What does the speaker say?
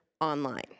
online